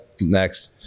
next